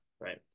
Right